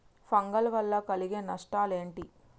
Fungal వల్ల కలిగే నష్టలేంటి?